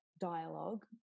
dialogue